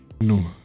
No